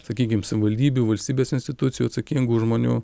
sakykim savivaldybių valstybės institucijų atsakingų žmonių